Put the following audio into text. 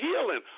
healing